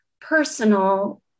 personal